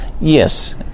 Yes